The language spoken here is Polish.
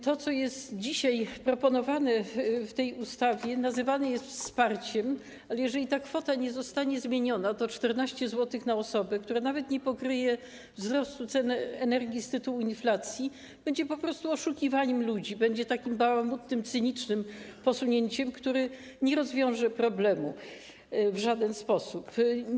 To, co jest dzisiaj proponowane w tej ustawie, nazywane jest wsparciem, ale jeżeli ta kwota nie zostanie zmieniona, kwota 14 zł na osobę, która nawet nie pokryje wzrostu cen energii z tytułu inflacji, będzie po prostu oszukiwaniem ludzi, będzie takim bałamutnym, cynicznym posunięciem, które nie rozwiąże problemu w żaden sposób.